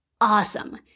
Awesome